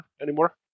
anymore